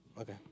Okay